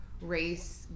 race